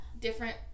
different